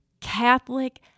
Catholic